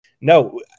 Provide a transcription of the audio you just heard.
No